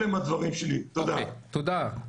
תודה,